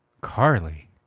Carly